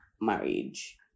marriage